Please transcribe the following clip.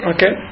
Okay